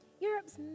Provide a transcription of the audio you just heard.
Europe's